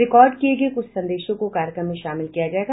record किए गए कुछ संदेशों को कार्यक्रम में शामिल किया जाएगा